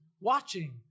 watching